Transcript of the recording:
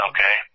Okay